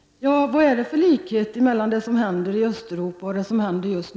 Vad är det alltså för likhet mellan det som händer i Östeuropa och det som händer i Blekinge?